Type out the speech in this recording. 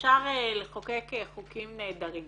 אפשר לחוקק חוקים נהדרים